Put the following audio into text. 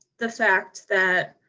the fact that